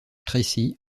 tracy